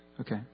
Okay